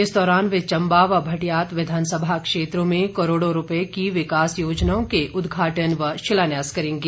इस दौरान वे चंबा व भटियात विधानसभा क्षेत्रों में करोड़ों रूपए की विकास योजनाओं के उद्घाटन व शिलान्यास करेंगे